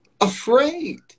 afraid